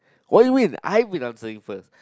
why you win I been I'm saying first